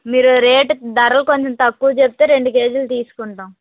మీరు రేటు ధరలు కొంచెం తక్కువ చెప్తే రెండు కేజీలు తీసుకుంటాం